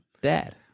Dad